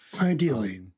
Ideally